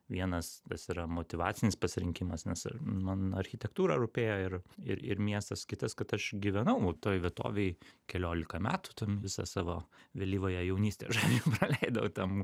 vienas tas yra motyvacinis pasirinkimas nes man architektūra rūpėjo ir ir ir miestas kitas kad aš gyvenau toj vietovėj keliolika metų ten visą savo vėlyvąją jaunystę žodžiu praleidau tam